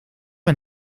een